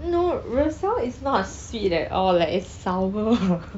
no roselle is not sweet at all like it's sour